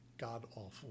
god-awful